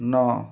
ନଅ